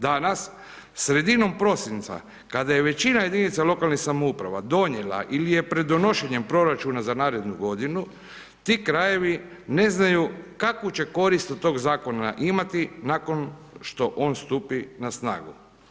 Danas, sredinom prosinca kada je većina jedinica lokalnih samouprava donijela ili je pred donošenjem proračuna za narednu godinu, ti krajevi ne znaju kakvu će korist od tog zakona imati nakon što on stupi na snagu.